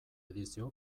edizio